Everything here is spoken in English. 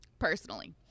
Personally